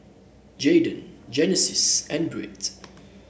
Jadon Genesis and Britt